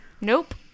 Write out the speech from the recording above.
nope